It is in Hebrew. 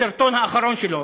בסרטון האחרון שלו,